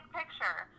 picture